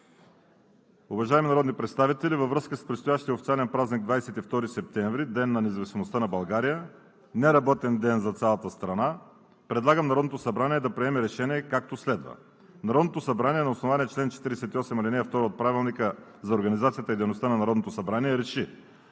Уважаеми народни представители, във връзка с предстоящия официален празник 22 септември – Ден на независимостта на България, неработен ден за цялата страна, предлагам Народното събрание да приеме решение, както следва: „РЕШЕНИЕ Народното събрание на основание чл. 48, ал. 2 от Правилника за организацията и дейността на Народното събрание